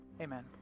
Amen